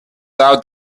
out